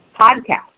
podcast